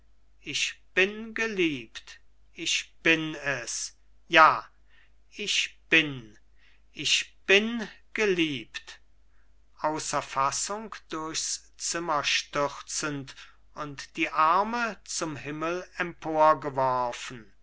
ich bin geliebt ich bin es ja ich bin ich bin geliebt außer fassung durchs zimmer stürzend und die arme zum himmel